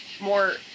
more